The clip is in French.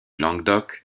languedoc